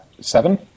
seven